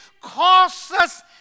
causes